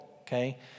Okay